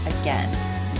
again